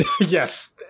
Yes